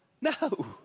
No